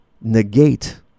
negate